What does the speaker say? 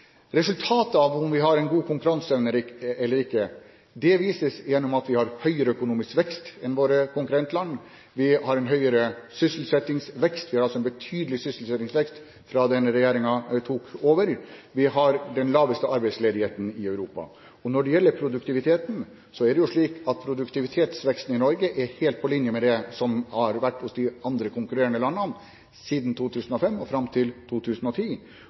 Resultatet av om vi har en god konkurranseevne eller ikke, vises gjennom at vi har høyere økonomisk vekst enn våre konkurrentland. Vi har en høyere sysselsettingsvekst. Vi har hatt en betydelig sysselsettingsvekst siden denne regjeringen tok over. Vi har den laveste arbeidsledigheten i Europa. Når det gjelder produktiviteten, er det jo slik at produktivitetsveksten i Norge er helt på linje med det som har vært hos de andre konkurrerende landene fra 2005 fram til 2010,